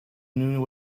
new